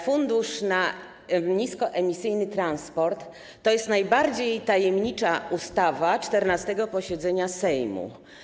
Fundusz na niskoemisyjny transport to jest najbardziej tajemnicza ustawa 14. posiedzenia Sejmu.